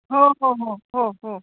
हो हो हो हो हो